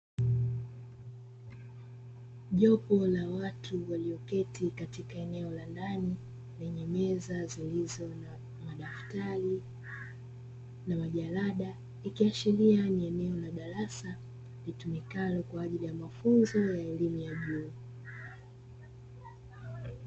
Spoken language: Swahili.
Jopo la watu walioketi katika eneo la ndani lenye meza zilizo na madaftari na majalada, ikiashiria ni eneo la darasa litumikalo kwa ajili ya mafunzo ya elimu ya juu.